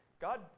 God